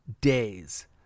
days